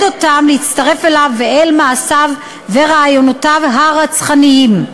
אותם להצטרף אליו ואל מעשיו ורעיונותיו הרצחניים.